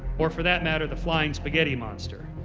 or for that matter, the flying spaghetti monster.